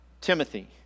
Timothy